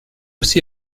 aussi